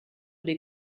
les